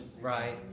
Right